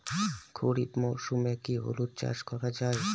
খরিফ মরশুমে কি হলুদ চাস করা য়ায়?